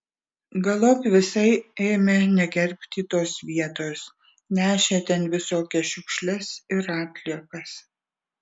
galop visai ėmė negerbti tos vietos nešė ten visokias šiukšles ir atliekas